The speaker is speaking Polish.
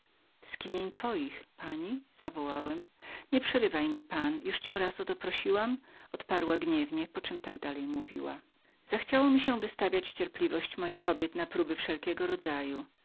skinień skinień pani zawołałem nie przerywaj mi pan już cię raz oto prosiłam odparła poczem tak dalej mówiła zachciało mi się wystawiać cierpliwość moich kobiet na próby wszelkiego rodzaju